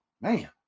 Man